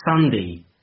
Sunday